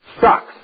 sucks